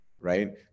right